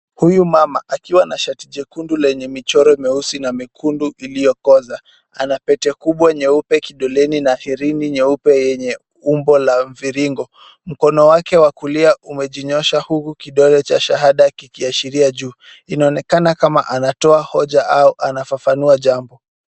Huyu mama akiwa na shati jekundu lenye michoro meusi na mekundu iliyokoza. Ana pete kubwa nyeupe kidoleni na herini nyeupe yenye umbo la mviringo. Mkono wake wa kulia umejinyosha huku kidole cha shahada kikiashiria juu. Inaonekana kama anatoa hoja au anafafanua jambo.